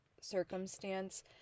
circumstance